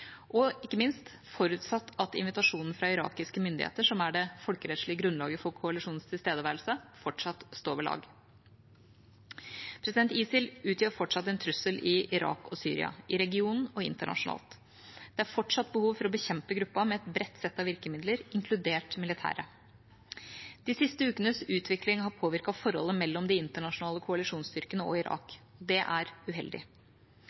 ikke minst forutsatt at invitasjonen fra irakiske myndigheter – som er det folkerettslige grunnlaget for koalisjonens tilstedeværelse – fortsatt står ved lag. ISIL utgjør fortsatt en trussel i Irak og Syria, i regionen og internasjonalt. Det er fortsatt behov for å bekjempe gruppen med et bredt sett av virkemidler, inkludert militære. De siste ukenes utvikling har påvirket forholdet mellom de internasjonale koalisjonsstyrkene og Irak. Det er uheldig.